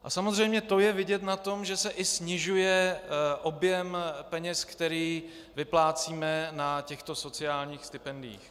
A samozřejmě to je vidět na tom, že se i snižuje objem peněz, které vyplácíme na těchto sociálních stipendiích.